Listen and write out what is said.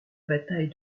bataille